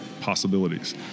possibilities